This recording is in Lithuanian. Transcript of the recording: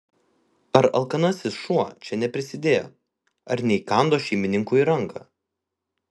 ar alkanasis šuo čia neprisidėjo ar neįkando šeimininkui į ranką